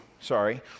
sorry